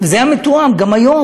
זה היה מתואם, גם היום.